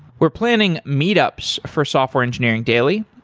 we're planning meetups for software engineering daily.